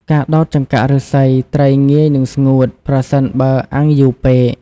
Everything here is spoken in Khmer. ការដោតចង្កាក់ឫស្សីត្រីងាយនឹងស្ងួត ប្រសិនបើអាំងយូរពេក។